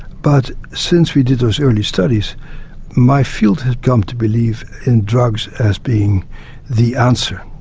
but since we did those early studies my field has come to believe in drugs as being the answer.